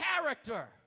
character